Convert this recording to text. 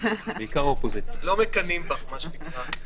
לא מקנאים בך, מה שנקרא...